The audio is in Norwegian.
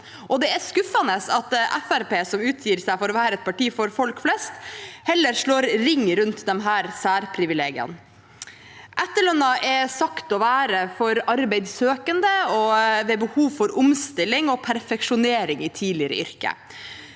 Det er skuffende at Fremskrittspartiet, som utgir seg for å være et parti for folk flest, heller slår ring rundt disse særprivilegiene. Etterlønnen er sagt å være for arbeidssøkende og ved behov for omstilling og perfeksjonering i tidligere yrke.